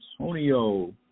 Antonio